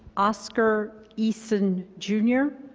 oscar eason, jr.